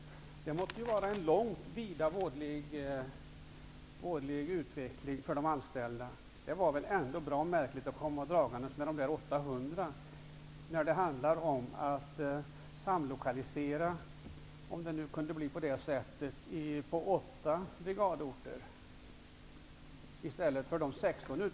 Det förslaget måste utgöra en långt mer vådlig utveckling för de anställda. Det är bra märkligt att komma dragandes med dessa 800 personer när socialdemokraternas förslag handlar om att samlokalisera de värnpliktiga på åtta brigadorter i stället för 16.